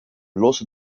lossen